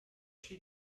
she